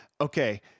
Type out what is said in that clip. Okay